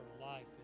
life